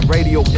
Radio